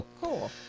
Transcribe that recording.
Cool